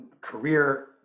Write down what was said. Career